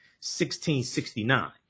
1669